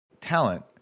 talent